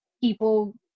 people